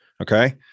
Okay